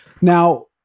now